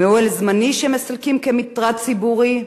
מאוהל זמני שמסלקים כמטרד ציבורי,